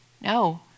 No